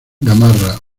gamarra